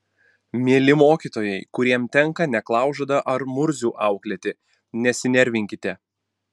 mieli mokytojai kuriam tenka neklaužadą ar murzių auklėti nesinervinkite